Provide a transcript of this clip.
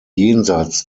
jenseits